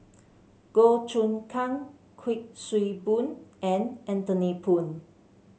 Goh Choon Kang Kuik Swee Boon and Anthony Poon